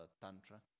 Tantra